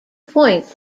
points